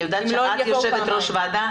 אני יודעת שאת יו"ר ועדה,